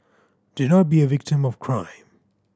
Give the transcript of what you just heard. do not be a victim of crime